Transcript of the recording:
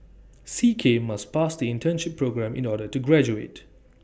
C K must pass the internship programme in order to graduate